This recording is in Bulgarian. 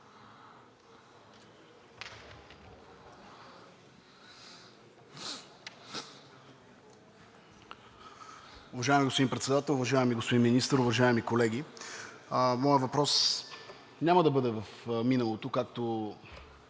Уважаеми господин Председател, уважаеми господин Министър, уважаеми колеги! Моят въпрос няма да бъде в миналото, както